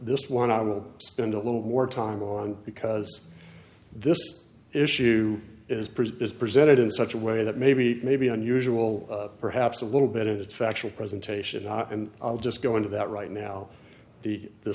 this one i will spend a little more time on because this issue is pretty is presented in such a way that maybe maybe unusual perhaps a little bit factual presentation and i'll just go into that right now the the